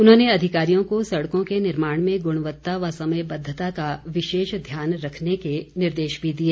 उन्होंने अधिकारियों को सड़कों के निर्माण में गुणवत्ता व समयबद्वता का विशेष ध्यान रखने के निर्देश भी दिए